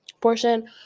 portion